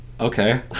Okay